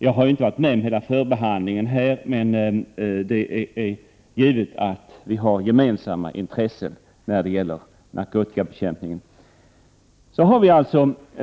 Jag har inte varit med under hela förbehandlingen, men det är givet att vi har gemensamma intressen i fråga om narkotikabekämpningen.